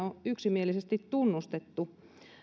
on yksimielisesti tunnustettu